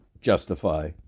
justify